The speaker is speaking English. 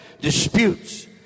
disputes